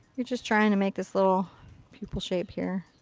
you're just trying to make this little pupil shape here.